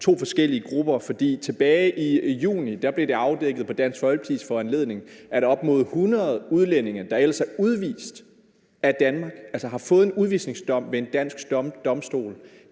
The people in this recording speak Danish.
to forskellige grupper. For tilbage i juni blev det på Dansk Folkepartis foranledning afdækket, at op mod 100 udlændinge, der ellers var udvist af Danmark, som altså havde fået en udvisningsdom ved en dansk domstol,